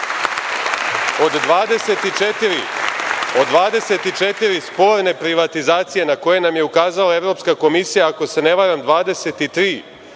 Od 24 sporne privatizacije, na koje nam je ukazala Evropska komisija, ako se ne varam, 23